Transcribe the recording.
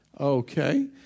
Okay